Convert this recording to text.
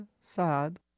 sad